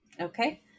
Okay